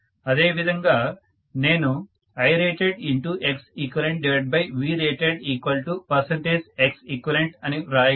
అదే విధంగా నేను IRatedXeqVratedXeq అని వ్రాయగలను